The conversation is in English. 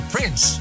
Prince